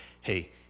hey